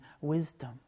wisdom